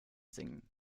singen